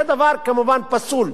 זה דבר כמובן פסול.